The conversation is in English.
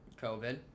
COVID